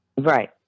Right